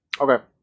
Okay